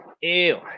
Ew